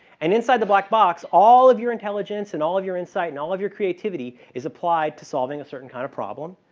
and inside the black box, all of your intelligence and all of your insight and all of your creativity is applied to solving a certain kind of problem.